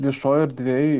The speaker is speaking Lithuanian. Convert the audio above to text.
viešoj erdvėj